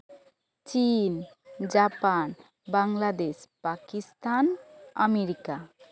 ᱪᱤᱱ Japan Bangladesh Pakistan America